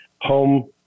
home